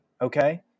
okay